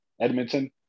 Edmonton